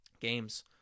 games